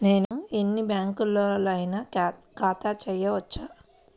నేను ఎన్ని బ్యాంకులలోనైనా ఖాతా చేయవచ్చా?